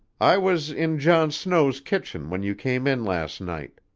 i was in john snow's kitchen when you came in last night.